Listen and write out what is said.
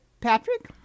Patrick